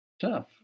Tough